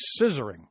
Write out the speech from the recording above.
scissoring